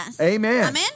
Amen